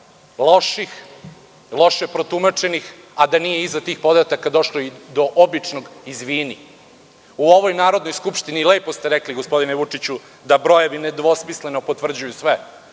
loših, loše protumačenih, a da nije iza tih podataka došlo do običnog „izvini“. U ovoj Narodnoj skupštini, lepo ste rekli gospodine Vučiću, da brojevi nedvosmisleno potvrđuju sve.